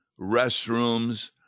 restrooms